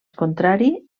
contrari